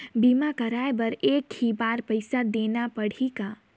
बीमा कराय बर एक ही बार पईसा देना पड़ही का?